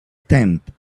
tent